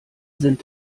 sind